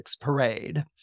parade